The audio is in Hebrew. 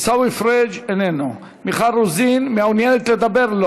עיסאווי פריג' איננו, מיכל רוזין, מעוניינת לדבר?